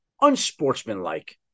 unsportsmanlike